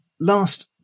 last